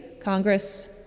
Congress